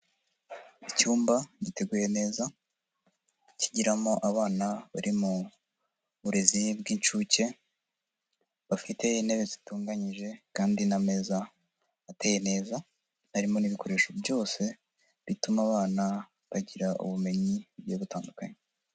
Icyumba giteguye neza, kigiramo abana bari mu burezi bw'inshuke, bafite intebe zitunganyije kandi n'ameza ateye neza, harimo n'ibikoresho byose, bituma abana bagira ubumenyi bugiye tandukanye.